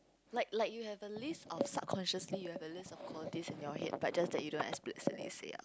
like like you have a list of subconsciously you have a list equalities in your head but just that you don't explicitly say out